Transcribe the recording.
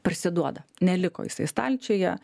parsiduoda neliko jisai stalčiuje